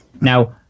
Now